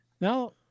Now